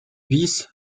bis